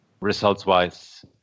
results-wise